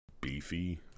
beefy